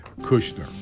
Kushner